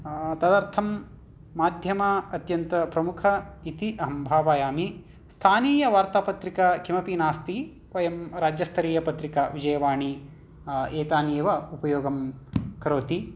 तदर्थं माध्यमा अत्यन्तप्रुमख इति अहं भावयामि स्थानीयवार्तापत्रिका किम् अपि नास्ति वयं राज्यस्तरीयपत्रिका विजयवाणी एतानि एव उपयोगं करोति